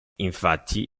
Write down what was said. infatti